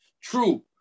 True